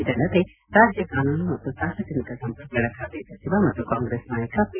ಇದಲ್ಲದೇ ರಾಜ್ಲ ಕಾನೂನು ಮತ್ತು ಸಾರ್ವಜನಿಕ ಸಂಪರ್ಕಗಳ ಖಾತೆ ಸಚಿವ ಮತ್ತು ಕಾಂಗ್ರೆಸ್ ನಾಯಕ ಪಿ